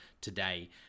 today